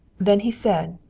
then he said,